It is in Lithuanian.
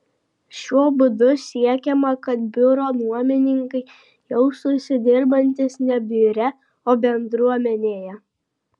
šiuo būdu siekiama kad biuro nuomininkai jaustųsi dirbantys ne biure bet bendruomenėje